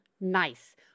nice